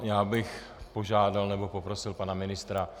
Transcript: Já bych požádal nebo poprosil pana ministra .